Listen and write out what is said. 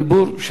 תודה רבה.